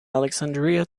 alexandria